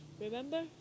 Remember